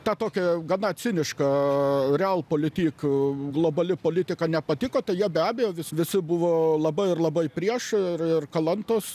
tą tokią gana cinišką real politic globali politika nepatiko tai jie be abejo visi visi buvo labai ir labai prieš ir kalantos